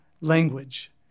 language